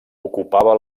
ocupava